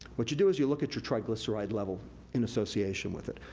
what you do is you look at your triglycerides level in association with it,